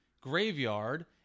Graveyard